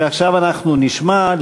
ועכשיו אנחנו נשמע,